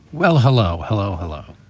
well, hello. hello, hello.